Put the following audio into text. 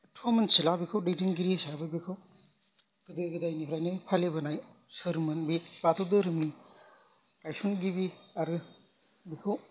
एथ'बां मिन्थिला दैदेनगिरि हिसाबै बेखौ गोदो गोदायनिफ्रायनो फालिबोनाय सोरमोन बे बाथौ धोरोमनि गायसनगिरि आरो बेखौ